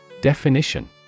Definition